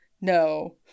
no